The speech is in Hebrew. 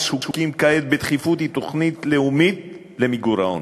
זקוקים כעת הוא תוכנית לאומית למיגור העוני.